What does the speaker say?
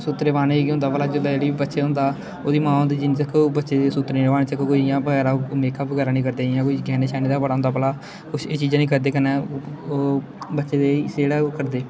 सुत्रे पाने च केह् होंदा भला जेल्लै जेह्ड़ी बच्चे होंदा ओह्दी मां होंदी जिन्नै तक ओह् बच्चे दे सुत्रे निं होन ओल्लै तक कोई इ'यां बगैरा मेकअप बगैरा नेईं करदे जियां कोई गैह्ने शैह्ने दा बड़ा होंदा भला कुछ एह् चीजां नेईं करदे कन्नै ओह् बच्चे दा सिर जेह्ड़ा ऐ ओह् खट्टदे